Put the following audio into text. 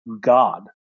god